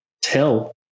tell